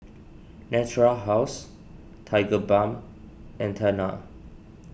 Natura House Tigerbalm and Tena